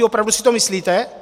Opravdu si to myslíte?